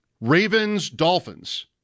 Ravens-Dolphins